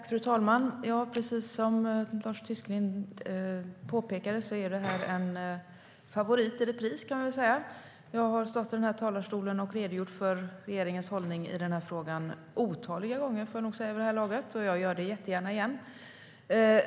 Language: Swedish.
Fru talman! Precis som Lars Tysklind påpekade är det här en favorit i repris. Jag har stått i den här talarstolen och redogjort för regeringens hållning i den här frågan otaliga gånger vid det här laget, och jag gör det jättegärna igen.